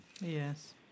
yes